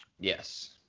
Yes